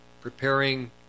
preparing